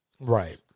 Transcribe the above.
Right